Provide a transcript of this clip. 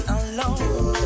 alone